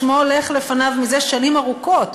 שמו הולך לפניו מזה שנים ארוכות,